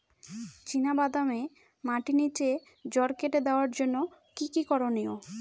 চিনা বাদামে মাটির নিচে জড় কেটে দেওয়ার জন্য কি কী করনীয়?